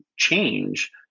change